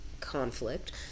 conflict